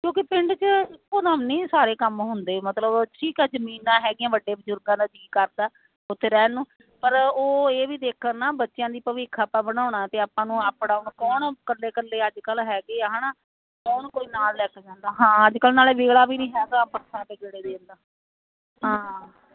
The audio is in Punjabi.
ਕਿਉਂਕਿ ਪਿੰਡ 'ਚ ਇੱਕੋ ਦਮ ਨਹੀਂ ਸਾਰੇ ਕੰਮ ਹੁੰਦੇ ਮਤਲਬ ਠੀਕ ਆ ਜ਼ਮੀਨਾਂ ਹੈਗੀਆਂ ਵੱਡੇ ਬਜ਼ੁਰਗਾਂ ਦਾ ਜੀ ਕਰਤਾ ਉੱਥੇ ਰਹਿਣ ਨੂੰ ਪਰ ਉਹ ਇਹ ਵੀ ਦੇਖਣ ਨਾ ਬੱਚਿਆਂ ਦੀ ਭਵਿੱਖ ਆਪਾਂ ਬਣਾਉਣਾ ਅਤੇ ਆਪਾਂ ਨੂੰ ਅਪ ਡਾਊਨ ਕੌਣ ਇਕੱਲੇ ਇਕੱਲੇ ਅੱਜ ਕੱਲ੍ਹ ਹੈਗੇ ਆ ਹੈਨਾ ਉਹਨੂੰ ਕੋਈ ਨਾਂ ਲੈ ਕੇ ਜਾਂਦਾ ਹਾਂ ਅੱਜ ਕੱਲ੍ਹ ਨਾਲੇ ਵੇਲਾ ਵੀ ਨਹੀਂ ਹੈਗਾ ਬੱਸਾਂ ਤੇ ਗੜੇ ਦੇਣ ਦਾ ਹਾਂ